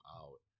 out